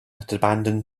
abandoned